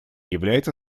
является